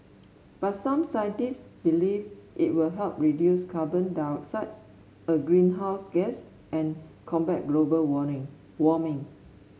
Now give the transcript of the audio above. but some scientists believe it will help reduce carbon dioxide a greenhouse gas and combat global warning warming